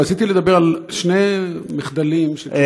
רציתי לדבר על שני מחדלים שקשורים,